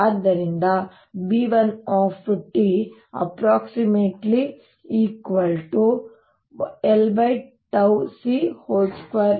ಆದ್ದರಿಂದ B₁ l𝜏 c2